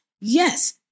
yes